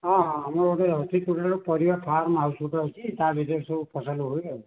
ହଁ ହଁ ଆମର ଗୋଟେ ଅଛି ପରିବା ଫାର୍ମହାଉସ୍ ଗୋଟେ ଅଛି ତା ଭିତରେ ସବୁ ଫସଲ ହୁଏ ଆଉ